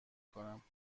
کنم